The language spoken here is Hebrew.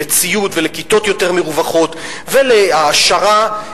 על ציוד ועל כיתות יותר מרווחות ועל העשרה,